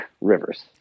Rivers